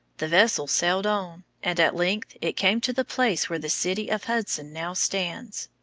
the vessel sailed on, and at length it came to the place where the city of hudson now stands.